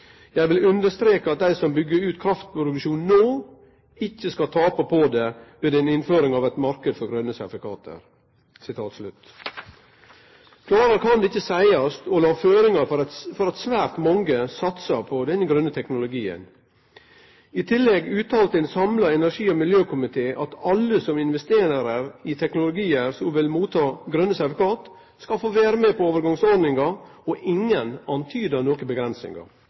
vil understreke at de som bygger ut kraftproduksjon nå ikke skal tape på det ved en innføring av et marked for grønne sertifikater.» Klarare kan det ikkje seiast; det la føringar for at svært mange satsa på denne grøne teknologien. I tillegg uttalte ein samla energi- og miljøkomité at alle som investerer i teknologiar som blir tilkjende grøne sertifikat, skal få vere med i overgangsordninga, og ingen